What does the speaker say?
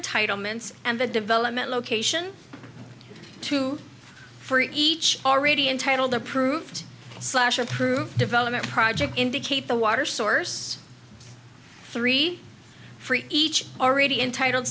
entitlements and the development location two for each already entitled approved slash approved development project indicate the water source three for each already entitled